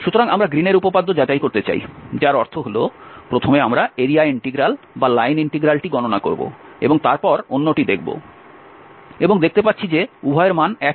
সুতরাং আমরা গ্রীনের উপপাদ্য যাচাই করতে চাই যার অর্থ হল প্রথমে আমরা এরিয়া ইন্টিগ্রাল বা লাইন ইন্টিগ্রালটি গণনা করব এবং তারপর অন্যটি দেখব এবং দেখতে পাচ্ছি যে উভয়ের মান একই